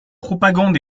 propagande